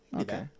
Okay